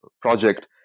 project